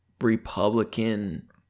Republican